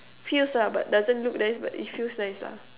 feels lah but doesn't look nice but it feels nice lah